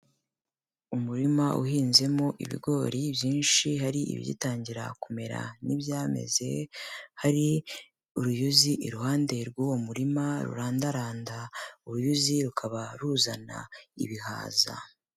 Umurima uhinzemo ibigori byinshi, hari ibigitangira kumera n'ibyameze, hari uruyuzi iruhande rw'uwo murima rurandaranda, uruyuzi rukaba ruzana ibihaza.